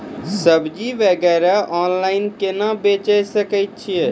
सब्जी वगैरह ऑनलाइन केना बेचे सकय छियै?